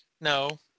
No